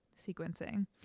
sequencing